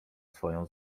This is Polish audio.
swoją